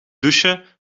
douche